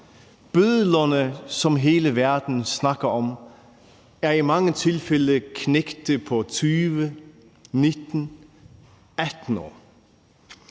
Bødlerne, som hele verden snakker om, er i mange tilfælde knægte på 20, 19, 18 år.